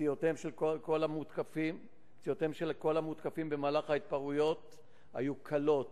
פציעותיהם של כל המותקפים במהלך ההתפרעויות היו קלות,